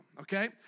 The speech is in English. okay